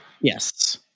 Yes